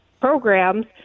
programs